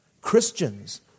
Christians